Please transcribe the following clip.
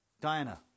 Diana